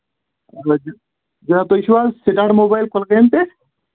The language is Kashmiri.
اَہن حظ جِناب تُہۍ چھِو حظ سِٹاٹ موبایِل کۄلگامہِ پٮ۪ٹھ